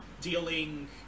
dealing